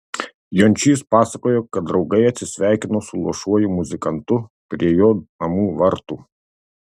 jončys pasakojo kad draugai atsisveikino su luošuoju muzikantu prie jo namų vartų